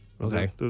Okay